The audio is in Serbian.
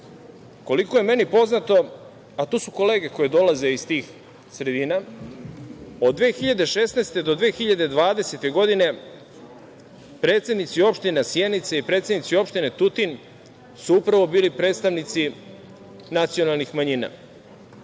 koliko je meni poznato, a tu su kolege koje dolaze iz tih sredina, od 2016. godine do 2020. godine predsednici opštine Sjenica i predsednici opštine Tutin su upravo bili predstavnici nacionalnih manjina.